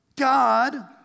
God